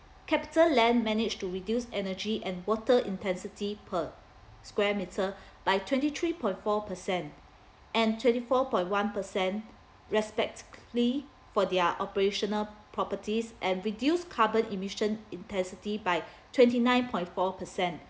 capital land managed to reduce energy and water intensity per square meter by twenty three point four percent and twenty four point one percent respectively for their operational properties and reduce carbon emissions intensity by twenty nine point four percent